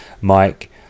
Mike